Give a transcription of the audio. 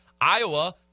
Iowa